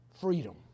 freedom